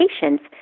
patients